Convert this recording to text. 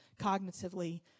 cognitively